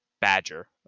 Badger